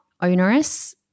onerous